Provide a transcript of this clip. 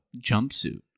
jumpsuit